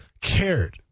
cared